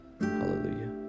hallelujah